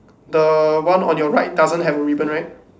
the one on your right doesn't have a ribbon right